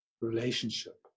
relationship